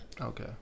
Okay